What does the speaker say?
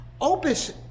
Opus